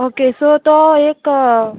okay so तो एक